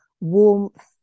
warmth